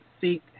seek